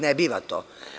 Ne biva to.